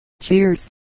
Cheers